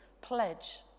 pledge